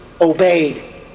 obeyed